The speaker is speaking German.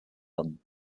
werden